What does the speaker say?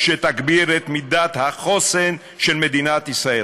שתגביר את מידת החוסן של מדינת ישראל.